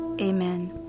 Amen